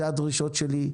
אלה שתי הדרישות שלי.